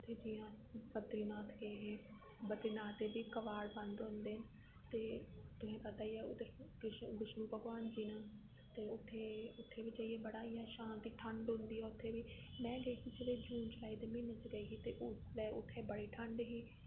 ते जियां अस बद्दरीनाथ गे हे बद्दरी नाथ दे बी कबाड़ बंद होंदे न ते तुसेंगी पता गै ऐ उत्थें कृष्ण भगवान न ते उत्थें बी जाइयै इयां बड़ी शांती ठंड होंदी ऐ में गेई ही जिसलै जून जुलाई दे म्हीने च गेई ही ते उसलै उत्थें बड़ी ठंड ही